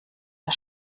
der